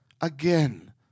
again